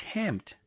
attempt